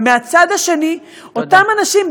ומהצד השני אותם אנשים,